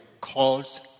calls